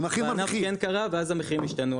לענף כן קרה ואז הסופרים השתנו.